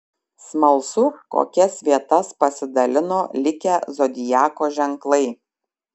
smalsu kokias vietas pasidalino likę zodiako ženklai